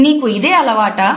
నీకు ఇదే అలవాటా